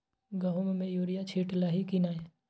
गहुम मे युरिया छीटलही की नै?